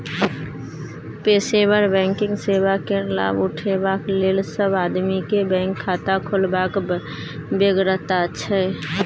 पेशेवर बैंकिंग सेवा केर लाभ उठेबाक लेल सब आदमी केँ बैंक खाता खोलबाक बेगरता छै